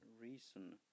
Reason